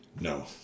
No